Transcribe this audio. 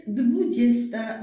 dwudziesta